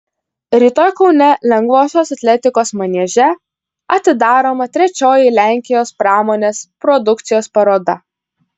rytoj kaune lengvosios atletikos manieže atidaroma trečioji lenkijos pramonės produkcijos paroda